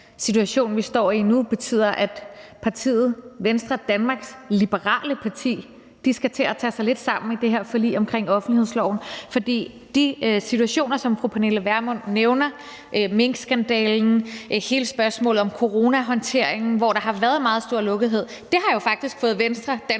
situation, vi står i nu, betyder, at partiet Venstre, Danmarks Liberale Parti, skal til at tage sig lidt sammen i det her forlig omkring offentlighedsloven, for de situationer, som fru Pernille Vermund nævner, minkskandalen, hele spørgsmålet om coronahåndteringen, hvor der har været meget stor lukkethed, har jo faktisk fået Venstre, Danmarks